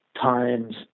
times